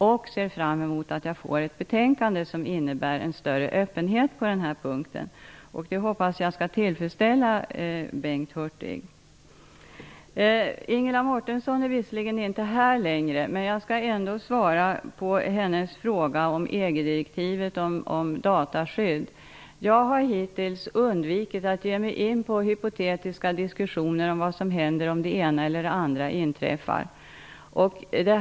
Jag ser fram emot ett betänkande med förslag till större öppenhet på den punkten. Jag hoppas att det svaret är tillfredsställande för Bengt Hurtig. Ingela Mårtensson är visserligen inte här i kammaren längre. Men jag skall ändå svara på hennes fråga angående EG-direktivet om dataskydd. Jag har hittills undvikit att ge min in på hytotetiska diskussioner om vad som händer om det ena eller det andra inträffar.